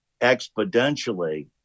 exponentially